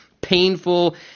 painful